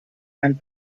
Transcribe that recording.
and